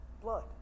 blood